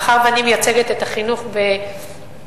מאחר שאני מייצגת את החינוך בקדימה,